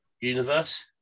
universe